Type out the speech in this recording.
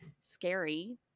scary